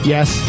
Yes